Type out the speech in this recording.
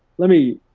let me,